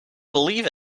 believe